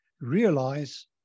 realize